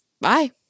bye